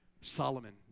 Solomon